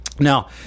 Now